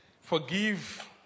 Forgive